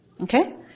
Okay